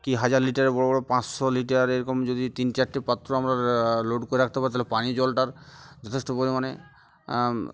কী হাজার লিটারে বড়ো বড়ো পাঁচশো লিটার এরকম যদি তিন চারটে পাত্র আমরা লোড করে রাখতে পারি তাহলে পানিয় জলটা যথেষ্ট পরিমাণে